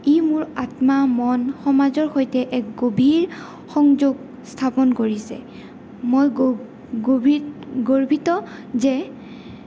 ই মোৰ আত্মা মন সমাজৰ সৈতে এক গভীৰ সংযোগ স্থাপন কৰিছে মই গভীৰ গৰ্বিত যে